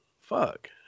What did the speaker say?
Fuck